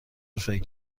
فکر